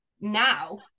now